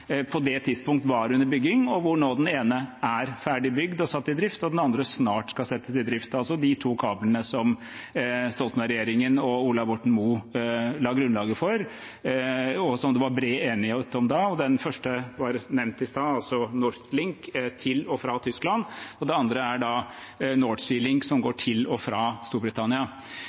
på det tidspunkt var under bygging, hvor den ene nå er ferdig bygd og satt i drift og den andre snart skal settes i drift, altså de to kablene som Stoltenberg-regjeringen og Ola Borten Moe la grunnlaget for, og som det var bred enighet om da. Den første var nevnt i stad, altså NordLink til og fra Tyskland, og den andre er North Sea Link, som går til og fra Storbritannia.